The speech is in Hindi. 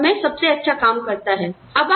यह उस समय सबसे अच्छा काम करता है